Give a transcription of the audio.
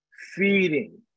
feeding